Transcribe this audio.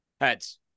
heads